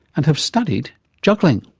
and have studied juggling!